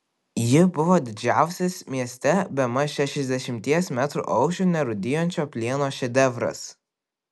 ji buvo didžiausias mieste bemaž šešiasdešimties metrų aukščio nerūdijančio plieno šedevras